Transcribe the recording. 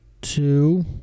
two